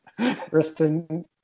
Kristen